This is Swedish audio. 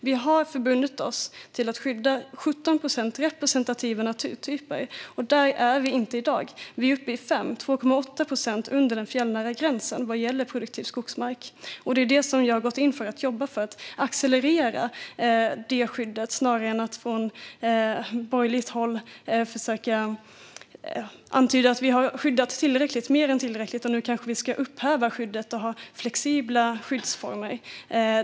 Vi har förbundit oss att skydda 17 procent representativa naturtyper, och där är vi inte i dag. Vi är uppe i 5 procent och 2,8 procent under den fjällnära gränsen vad gäller produktiv skogsmark. Jag jobbar för att accelerera detta skydd i motsats till de borgerliga som menar att vi har skyddat mer än tillräckligt och vill upphäva skyddet och ha flexibla skyddsformer.